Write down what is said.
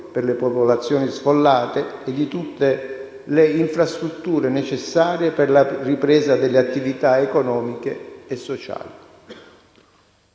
per le popolazioni sfollate e di tutte le infrastrutture necessarie per la ripresa delle attività economiche e sociali.